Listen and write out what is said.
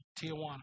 Tijuana